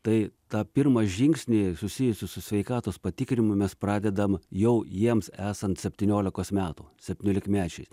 tai tą pirmą žingsnį susijusį su sveikatos patikrinimu mes pradedam jau jiems esant septyniolikos metų septyniolikmečiai